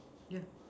ya